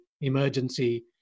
emergency